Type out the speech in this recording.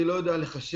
אני לא יודע לחשב